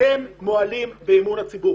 אתם מועלים באמון הציבור,